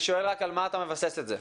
אני רק שואל על מה אתה מבסס את זה.